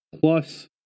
plus